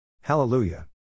Hallelujah